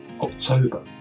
October